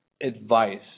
Advice